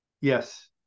Yes